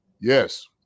Yes